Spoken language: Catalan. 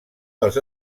dels